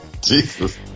Jesus